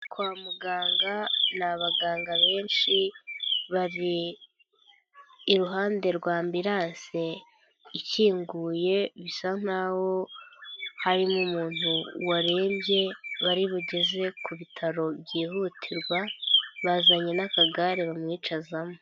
Kwa muganga, ni abaganga benshi iruhande rw'ambilansi ikinguye, bisa nk'aho harimo umuntu warembye, bari bugeze ku bitaro byihutirwa, bazanye n'akagare bamwicazamo.